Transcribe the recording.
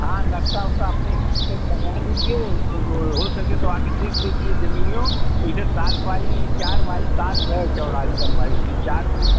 हाँ नक्शा ओक्सा अपने हिसाब से अभी बनवा लीजिए हो सके तो आके देख लीजिए जमिनियो वैसे सात बाई चार बाई सात है चौड़ाई लंबाई उसकी चार फुट